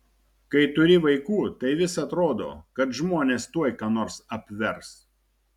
kai turi vaikų tai vis atrodo kad žmonės tuoj ką nors apvers